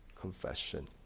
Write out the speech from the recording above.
confession